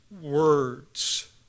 words